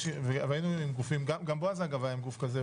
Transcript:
ראינו גופים וגם בועז טופורובסקי העלה רעיון עם גוף כזה,